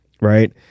right